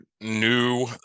new